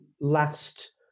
last